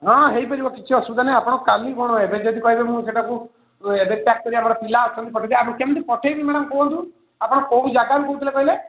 ହଁ ହେଇପାରିବ କିଛି ଅସୁବିଧା ନାହିଁ ଆପଣ କାଲି କ'ଣ ଆପଣ ଏବେ ଯଦି କହିବେ ସେଟାକୁ ଏବେ ପ୍ୟାକ୍ ଆମର ପିଲା ଅଛନ୍ତି କେମିତି ପଠେଇବି ମ୍ୟାଡ଼ାମ୍ କୁହନ୍ତୁ ଆପଣ କେଉଁ ଜାଗାରୁ କହୁଥିଲେ କହିଲେ